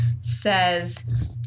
says